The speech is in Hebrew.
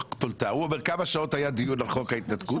הוא אומר כמה שעות היה דיון על חוק ההתנתקות,